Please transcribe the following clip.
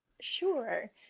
Sure